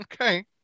okay